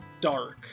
dark